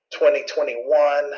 2021